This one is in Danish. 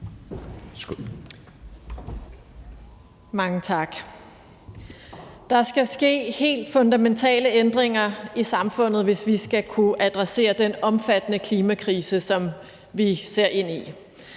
Mange tak. Der skal ske helt fundamentale ændringer i samfundet, hvis vi skal kunne adressere den omfattende klimakrise, som vi ser ind i.